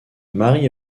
marie